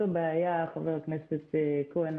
זאת הבעיה, חבר הכנסת כהן.